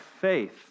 faith